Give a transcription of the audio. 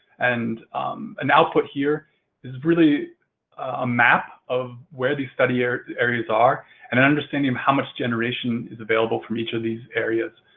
and an output here is really a map of where these study areas areas are and understanding um how much generation is available from each of these areas.